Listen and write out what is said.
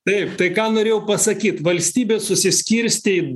taip tai ką norėjau pasakyt valstybės susiskirstė į